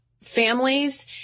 families